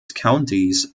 countys